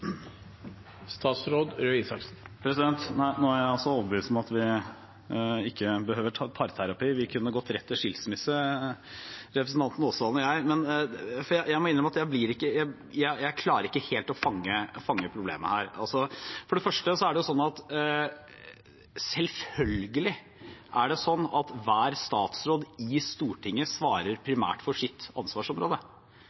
jeg overbevist om at vi ikke behøver parterapi. Vi kunne gått rett til skilsmisse, representanten Aasland og jeg. Jeg må innrømme at jeg ikke helt klarer å fange opp problemet. For det første er det selvfølgelig sånn i Stortinget at hver statsråd primært svarer for sitt ansvarsområde. Det betyr ikke at det ikke er samarbeid mellom departementene. Det betyr ikke at ikke regjeringen, som er det